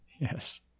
Yes